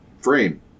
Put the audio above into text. Frame